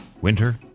winter